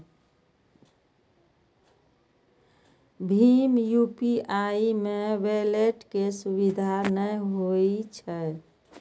भीम UPI मे wallet के सुविधा नै होइ छै